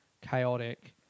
chaotic